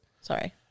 Sorry